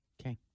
Okay